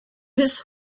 his